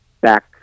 back